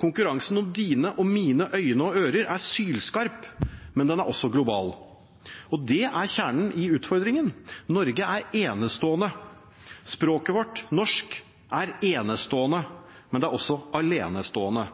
Konkurransen om dine og mine øyne og ører er sylskarp, men den er også global. Og det er kjernen i utfordringen. Norge er enestående. Språket vårt, norsk, er enestående, men det er også alenestående.